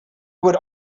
would